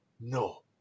no